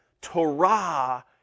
Torah